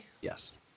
Yes